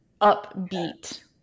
upbeat